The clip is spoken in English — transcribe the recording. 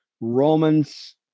Romans